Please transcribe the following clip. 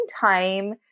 time